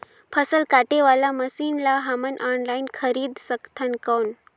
फसल काटे वाला मशीन ला हमन ऑनलाइन खरीद सकथन कौन?